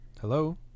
Hello